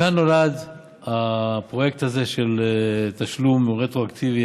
מכאן נולד הפרויקט הזה של תשלום רטרואקטיבי